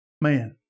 man